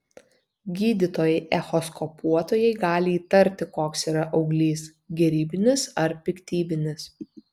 gydytojai echoskopuotojai gali įtarti koks yra auglys gerybinis ar piktybinis